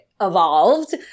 evolved